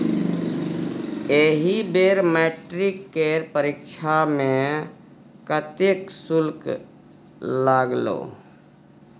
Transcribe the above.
एहि बेर मैट्रिक केर परीक्षा मे कतेक शुल्क लागलौ?